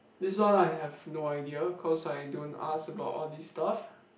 this one I have no idea cause I don't ask about all this stuff